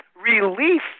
relief